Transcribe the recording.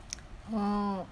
!wah!